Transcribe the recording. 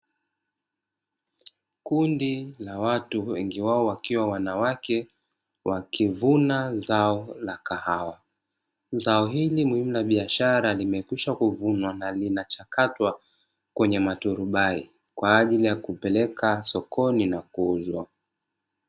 Kundi la watu wengi wao wakiwa wanawake wakivuna zao la kahawa. Zao hili muhumu la biashara limekwisha kuvunwa na linachakatwa kwenye maturubai kwa ajili ya kupeleka sokoni na kuuzwa.